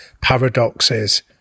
paradoxes